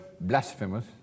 Blasphemous